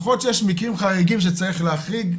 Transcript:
יכול להיות שיש מקרים חריגים שצריך להחריג,